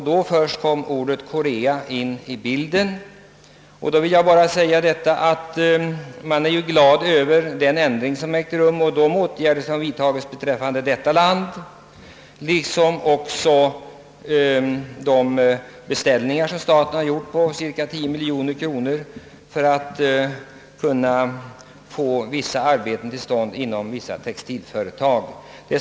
Då kom Korea in» i. bilden... Jag hade frågat om den generella importen. Jag är glad över sinnesändringen som ägt rum och de åtgärder som vidtagits beträffande Korea, liksom jag är glad över statens beställningar på cirka 10 miljoner kronor för att kunna få vissa arbeten till stånd inom en "del textilföretag.